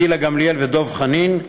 גילה גמליאל ודב חנין.